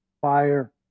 fire